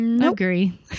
agree